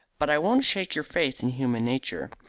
but i won't shake your faith in human nature.